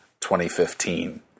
2015